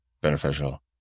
beneficial